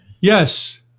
Yes